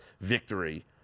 victory